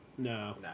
No